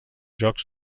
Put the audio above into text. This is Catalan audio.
jocs